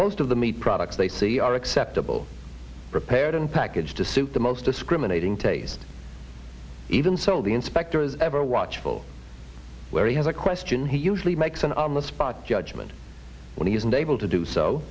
most of the meat products they see are acceptable prepared and packaged to suit the most discriminating taste even so the inspector is ever watchful where he has a question he usually makes an on the spot judgment when he is unable to do so